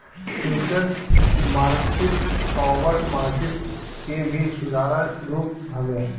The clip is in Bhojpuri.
फ्यूचर्स मार्किट फॉरवर्ड मार्किट के ही सुधारल रूप हवे